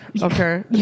Okay